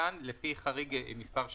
כאן, לפי חריג מספק (3)